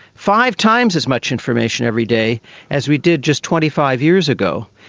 five times as much information every day as we did just twenty five years ago,